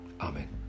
Amen